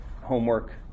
homework